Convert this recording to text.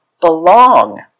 belong